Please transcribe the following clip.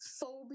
phobia